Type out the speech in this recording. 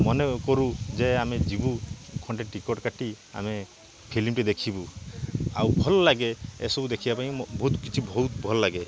ମନେ କରୁ ଯେ ଆମେ ଯିବୁ ଖଣ୍ଡେ ଟିକେଟ କାଟି ଆମେ ଫିଲିମଟେ ଦେଖିବୁ ଆଉ ଭଲ ଲାଗେ ଏ ସବୁ ଦେଖିବା ପାଇଁ ମ ବହୁତ କିଛି ବହୁତ ଭଲ ଲାଗେ